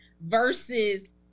versus